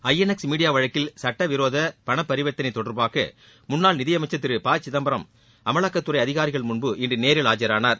INX media வழக்கில் சட்டவிரோத பணப்பரிவர்த்தனை தொடர்பாக முன்னாள் நிதியமைச்சர் திரு ப சிதம்பரம் அமலாக்கத்துறை அதிகாரிகள் முன்பு இன்று நேரில் ஆஜரானார்